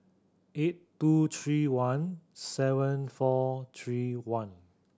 eight two three one seven four three one